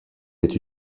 être